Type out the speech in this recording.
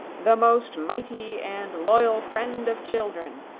the most mighty and loyal friend of children,